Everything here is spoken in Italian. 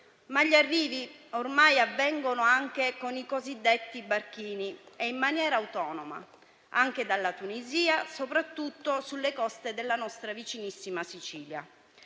ma gli arrivi ormai avvengono anche con i cosiddetti barchini e in maniera autonoma, anche dalla Tunisia, soprattutto sulle coste della nostra vicinissima Sicilia.